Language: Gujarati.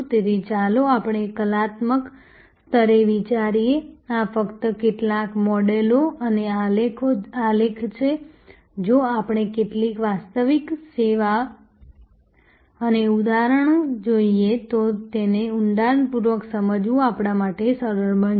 તેથી ચાલો આપણે કલ્પનાત્મક સ્તરે વિચારીએ આ ફક્ત કેટલાક મોડેલો અને આલેખ છે જો આપણે કેટલીક વાસ્તવિક સેવા અને ઉદાહરણો જોઈએ તો તેને ઊંડાણપૂર્વક સમજવું આપણા માટે સરળ બનશે